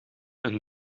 een